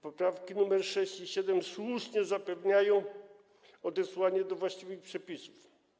Poprawki nr 6 i 7 słusznie zapewniają odesłanie do właściwych przepisów.